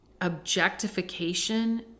objectification